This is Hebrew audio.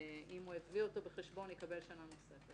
ואם יביא אותו בחשבון יקבל שנה נוספת.